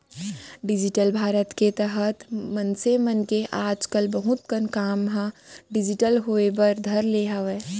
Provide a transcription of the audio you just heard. digital Bharat के तहत मनसे मन के आज कल बहुत कन काम ह डिजिटल होय बर धर ले हावय